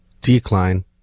Decline